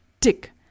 tick